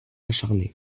acharnés